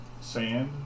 sand